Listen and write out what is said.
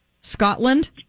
Scotland